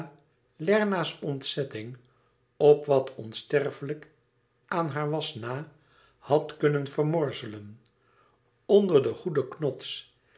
hydra lerna's ontzetting op wat onsterfelijk aan haar was na had kunnen vermorzelen onder den goeden knots